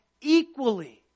equally